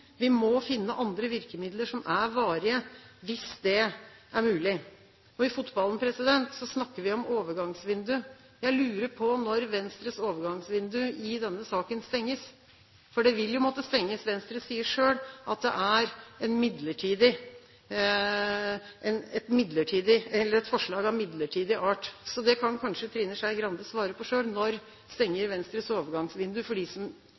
Vi må finne andre virkemidler som er varige, hvis det er mulig. I fotballen snakker vi om «overgangsvindu». Jeg lurer på når Venstres «overgangsvindu» i denne saken stenges – for det vil måtte stenges. Venstre sier selv at det er et forslag av midlertidig art. Dette kan kanskje Trine Skei Grande svare på selv: Når stenger Venstres «overgangsvindu» for dem som